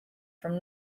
from